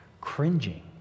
cringing